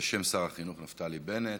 בשם שר החינוך נפתלי בנט,